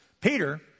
Peter